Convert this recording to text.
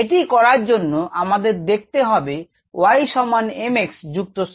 এটি করার জন্য আমাদের দেখতে হবে y সমান m x যুক্ত c